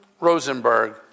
Rosenberg